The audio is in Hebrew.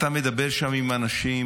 אתה מדבר שם עם אנשים.